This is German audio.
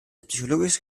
psychologische